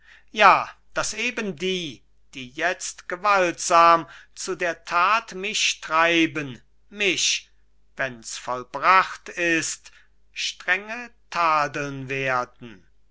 ja daß eben die die jetzt gewaltsam zu der tat mich treiben mich wenn's vollbracht ist strenge tadeln werden